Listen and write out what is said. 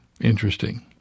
Interesting